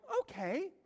okay